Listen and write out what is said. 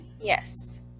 Yes